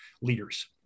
leaders